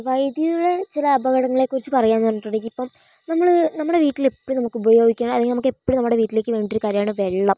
വൈദ്യുതിയുടെ ചില അപകടങ്ങളെക്കുറിച്ച് പറയാമെന്ന് പറഞ്ഞിട്ടുണ്ടെങ്കിൽ ഇപ്പം നമ്മള് നമ്മൂടെ വീട്ടിലെപ്പോഴും നമ്മൾക്ക് ഉപയോഗിക്കുന്ന അല്ലെങ്കിൽ നമുക്കെപ്പോഴും നമ്മുടെ വീട്ടിലേക്ക് വേണ്ടൊരു കാര്യമാണ് വെള്ളം